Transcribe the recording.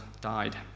died